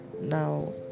Now